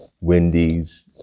Wendy's